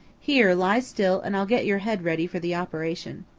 here, lie still, and i'll get your head ready for the operation.